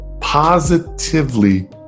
positively